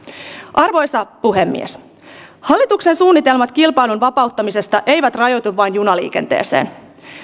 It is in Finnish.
arvoisa puhemies hallituksen suunnitelmat kilpailun vapauttamisesta eivät rajoitu vain junaliikenteeseen